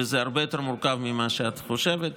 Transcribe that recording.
וזה הרבה יותר מורכב ממה שאת חושבת.